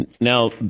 Now